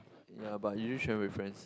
yea but usually went with friends